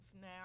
now